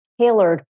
tailored